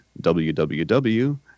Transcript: www